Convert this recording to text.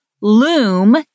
Loom